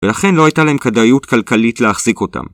ולכן לא הייתה להם כדאיות כלכלית להחזיק אותם